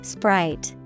Sprite